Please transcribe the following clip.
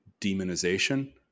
demonization